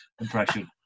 impression